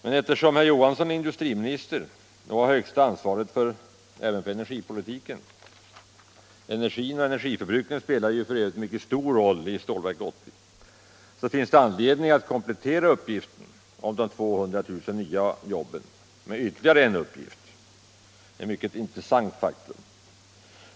Men eftersom herr Johansson är industriminister och har det högsta ansvaret även för energipolitiken — energin och energiförbrukningen spelar f. ö. en mycket stor roll i Stålverk 80 — finns det anledning att komplettera uppgiften om de 200 000 nya jobben med ytterligare en uppgift, ett mycket intressant faktum.